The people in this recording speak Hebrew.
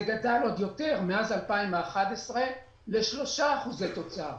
זה גדל מאז 2011 לשלושה אחוזי תוצר,